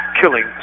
killing